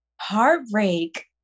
Heartbreak